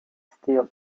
steel